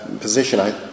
position